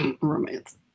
romance